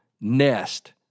Nest